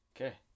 Okay